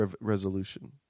resolution